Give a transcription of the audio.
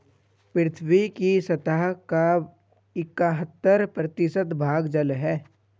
पृथ्वी की सतह का इकहत्तर प्रतिशत भाग जल है